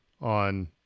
on